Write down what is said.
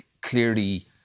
clearly